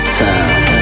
time